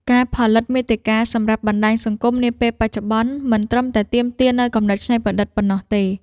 ការផលិតមាតិកាសម្រាប់បណ្ដាញសង្គមនាពេលបច្ចុប្បន្ន មិនត្រឹមតែទាមទារនូវគំនិតច្នៃប្រឌិតប៉ុណ្ណោះទេ។